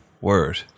Word